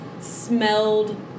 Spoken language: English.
smelled